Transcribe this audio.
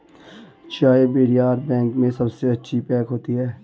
चाय barrier bag में सबसे अच्छी पैक होती है